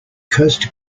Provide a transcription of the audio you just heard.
coast